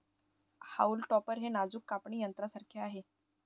haulm topper हे नाजूक कापणी यंत्रासारखे आहे